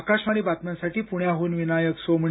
आकाशवाणी बातम्यांसाठी पुण्याहून विनायक सोमणी